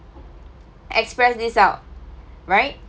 express this out right